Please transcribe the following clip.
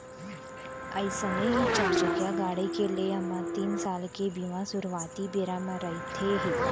अइसने ही चारचकिया गाड़ी के लेय म तीन साल के बीमा सुरुवाती बेरा म रहिथे ही